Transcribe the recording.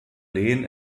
lehen